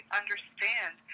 understand